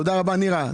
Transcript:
תודה רבה נירה.